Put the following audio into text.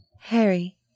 Harry